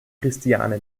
christiane